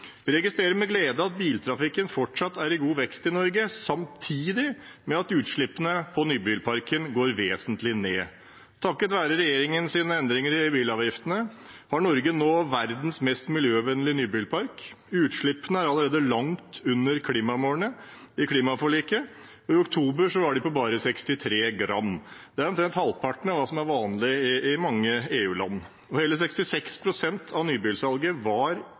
Vi registrerer med glede at biltrafikken fortsatt er i god vekst i Norge samtidig med at utslippene fra nybilparken går vesentlig ned. Takket være regjeringens endringer i bilavgiftene har Norge nå verdens mest miljøvennlige nybilpark. Utslippene er allerede langt under målene i klimaforliket. I oktober var de på bare 63 gram, omtrent halvparten av hva som er vanlig i mange EU-land. Hele 66 pst. av nybilsalget var